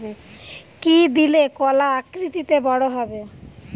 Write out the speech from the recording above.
কি দিলে কলা আকৃতিতে বড় হবে?